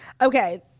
okay